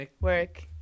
Work